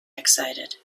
excited